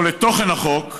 או לתוכן החוק,